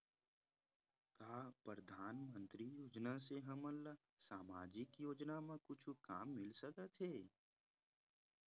का परधानमंतरी योजना से हमन ला सामजिक योजना मा कुछु काम मिल सकत हे?